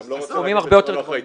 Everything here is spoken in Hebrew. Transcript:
אני גם לא רוצה להגיד משהו לא נכון.